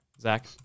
Zach